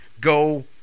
go